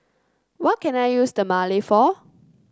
what can I use Dermale for